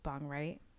right